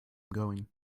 going